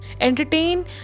Entertain